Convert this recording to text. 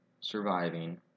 surviving